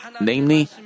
namely